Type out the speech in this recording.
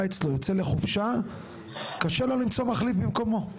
אצלו יוצא לחופשה קשה לו למצוא מחליף במקומו.